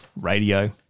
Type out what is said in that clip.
radio